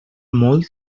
molt